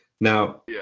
Now